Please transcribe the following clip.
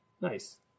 Nice